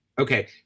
Okay